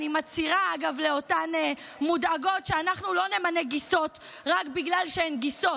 ואני מצהירה לאותן מודאגות שאנחנו לא נמנה גיסות רק בגלל שהן גיסות,